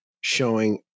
showing